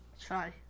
Try